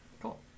Cool